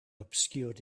obscured